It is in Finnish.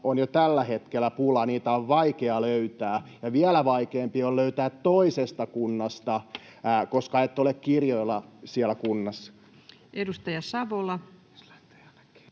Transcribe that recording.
on jo tällä hetkellä pulaa. Niitä on vaikea löytää, ja vielä vaikeampi on löytää toisesta kunnasta, koska et ole kirjoilla siellä kunnassa. [Speech